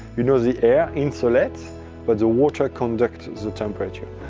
you know the air insulates but the water conducts the temperature.